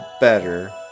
better